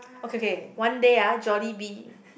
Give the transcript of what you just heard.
okay okay one day ah Jollibee